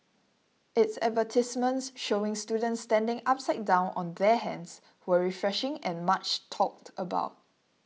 its advertisements showing students standing upside down on their hands were refreshing and much talked about